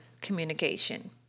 communication